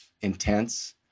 intense